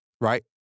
right